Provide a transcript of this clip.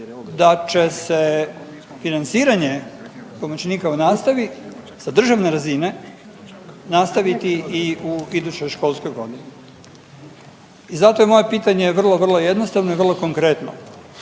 da će se financiranje pomoćnika u nastavi sa državne razine nastaviti i u idućoj školskoj godini. I zato je moje pitanje vrlo, vrlo jednostavno i vrlo konkretno.